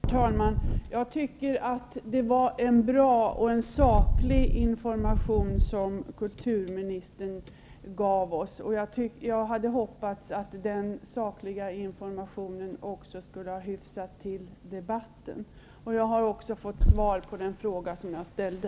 Herr talman! Jag tycker att kulturministern gav oss en bra och saklig information. Jag hade hoppats att denna sakliga information också skulle ha hyfsat till debatten. Jag har också fått svar på den fråga som jag ställde.